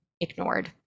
ignored